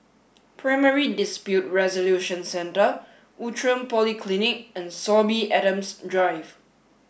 primary dispute resolution centre Outram Polyclinic and Sorby Adams drive